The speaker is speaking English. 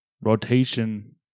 rotation